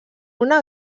una